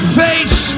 face